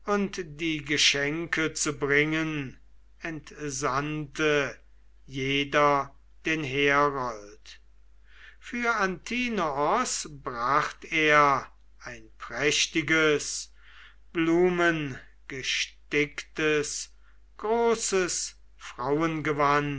die geschenke zu bringen entsandte jeder den herold für antinoos bracht er ein prächtiges blumengesticktes großes